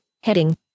heading